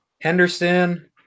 Henderson